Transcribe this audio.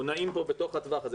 אנחנו נעים בטווח הזה.